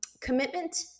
commitment